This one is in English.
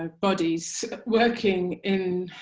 ah bodies working in,